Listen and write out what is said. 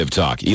talk